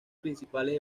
principales